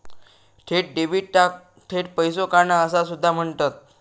थेट डेबिटाक थेट पैसो काढणा असा सुद्धा म्हणतत